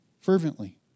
fervently